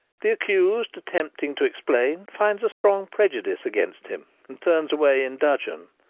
the accused, attempting to ex plain, finds a strong prejudice against him, and turns away in dudgeon.